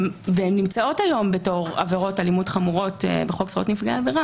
והן נמצאות היום בתור עבירות אלימות חמורות בחוק זכויות נפגעי עבירה,